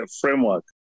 framework